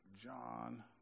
John